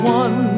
one